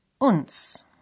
uns